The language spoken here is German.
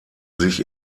sich